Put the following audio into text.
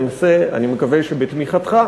ננסה, אני מקווה שבתמיכתך,